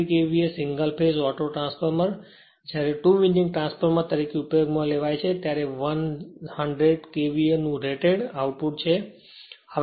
3 KVA single phase auto transformer જ્યારે 2 winding transformer તરીકે ઉપયોગમાં લેવાય છે ત્યારે 100 KVA નું રેટેડ આઉટપુટ છે